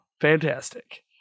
fantastic